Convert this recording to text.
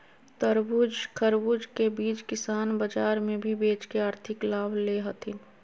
तरबूज, खरबूज के बीज किसान बाजार मे भी बेच के आर्थिक लाभ ले हथीन